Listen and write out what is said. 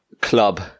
club